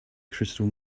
crystal